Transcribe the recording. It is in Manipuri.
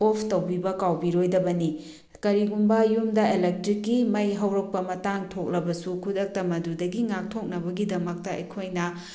ꯑꯣꯐ ꯇꯧꯕꯤꯕ ꯀꯥꯎꯕꯤꯔꯣꯏꯗꯕꯅꯤ ꯀꯔꯤꯒꯨꯝꯕ ꯌꯨꯝꯗ ꯏꯂꯦꯛꯇ꯭ꯔꯤꯛꯀꯤ ꯃꯩ ꯍꯧꯔꯛꯄ ꯃꯇꯥꯡ ꯊꯣꯛꯂꯕꯁꯨ ꯈꯨꯗꯛꯇ ꯃꯗꯨꯗꯒꯤ ꯉꯥꯛꯊꯣꯛꯅꯕꯒꯤꯗꯃꯛꯇ ꯑꯩꯈꯣꯏꯅ